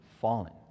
fallen